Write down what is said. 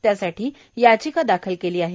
त्यासाठी याचिका दाखल केली आहे